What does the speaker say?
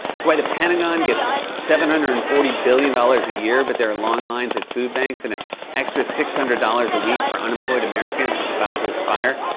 it's why the pentagon gets seven hundred and forty billion dollars a year, but there are long lines at food banks and an extra six hundred dollars a week for unemployed americans is about to expire.